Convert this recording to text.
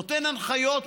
נותן הנחיות,